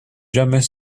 jamais